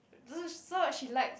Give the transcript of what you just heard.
just so what she likes